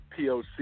POC